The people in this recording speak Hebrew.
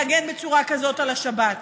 להגן בצורה כזאת על השבת.